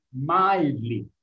mildly